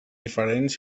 diferents